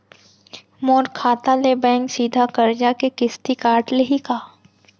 मोर खाता ले बैंक सीधा करजा के किस्ती काट लिही का?